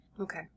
Okay